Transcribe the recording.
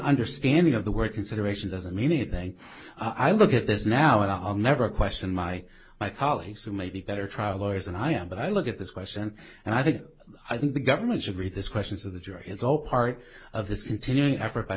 understanding of the word consideration doesn't mean anything i look at this now i'll never question my my colleagues who may be better trial lawyers and i am but i look at this question and i think i think the government should read this questions of the jury is all part of this